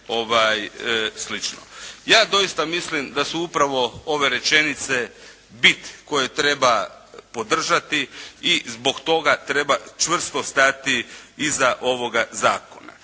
Ja doista mislim da su upravo ove rečenice bit koje treba podržati i zbog toga treba čvrsto stati iza ovoga zakona.